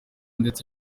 ndetse